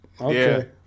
Okay